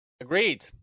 Agreed